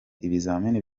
ibizami